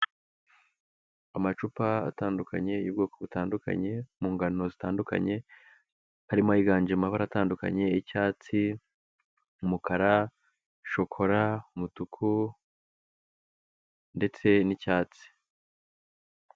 Amacupa atandukanye y'ubwoko butandukanye mu ngano zitandukanye, harimo ayiganje mu mabara atandukanye y'icyatsi, umukara, shokora, umutuku ndetse n'icyatsi.